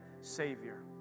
Savior